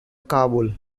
kabul